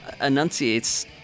enunciates